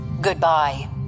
Goodbye